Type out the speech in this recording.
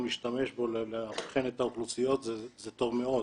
להשתמש בו לאבחן את האוכלוסיות זה טוב מאוד,